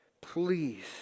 Please